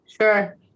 Sure